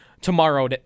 tomorrow